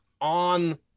on